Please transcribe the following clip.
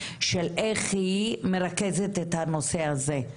של איך היא מרכזת את הנושא הזה.